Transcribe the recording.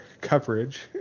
coverage